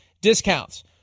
discounts